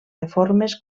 reformes